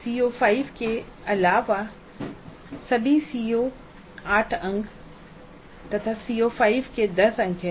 CO5 के अलावा सभी सीओ के 8 अंक तथा CO5 के10 है